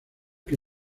que